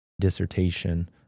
dissertation